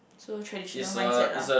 so traditional mindset lah